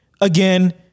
again